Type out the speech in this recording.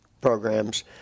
programs